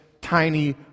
tiny